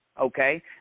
okay